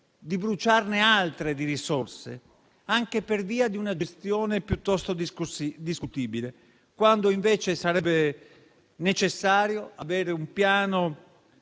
di bruciarne altre di risorse, anche per via di una gestione piuttosto discutibile, quando invece sarebbe necessario un piano